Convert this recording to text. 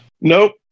Nope